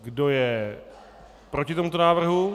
Kdo je proti tomuto návrhu?